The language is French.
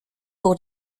pour